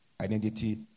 identity